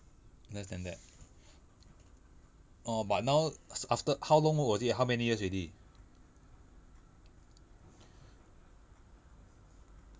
less than that orh but now s~ after how long was it how many years already